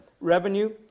revenue